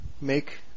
make